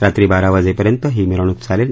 रात्री बारा वाजेपर्यंत ही मिरवणूक चालेल